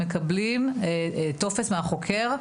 מקבלים טופס מהחוקר,